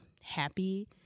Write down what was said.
happy